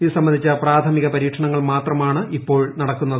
ഇതുസംബന്ധിച്ച പ്രാഥമിക പ്രപ്രീക്ഷണ ഫലങ്ങൾ മാത്രമാണ് ഇപ്പോൾ നടക്കുന്നത്